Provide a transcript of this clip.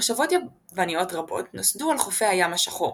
מושבות יווניות רבות נוסדו על חופי הים השחור,